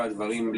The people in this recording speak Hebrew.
שיחות.